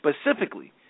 specifically